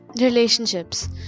relationships